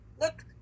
look